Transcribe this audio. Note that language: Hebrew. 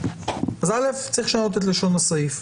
אז ראשית, צריך לשנות את לשון הסעיף.